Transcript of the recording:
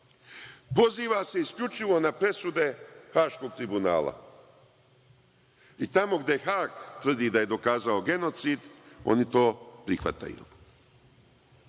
poziva se isključivo na presude Haškog Tribunala i tamo gde Hag tvrdi da je dokazao genocid, oni to prihvataju.